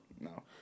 No